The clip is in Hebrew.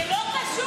זה לא קשור,